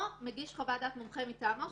או שהוא מגיש חוות דעת מומחה מטעמו,